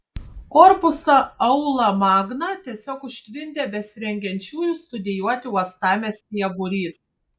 korpusą aula magna tiesiog užtvindė besirengiančiųjų studijuoti uostamiestyje būrys